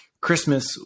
Christmas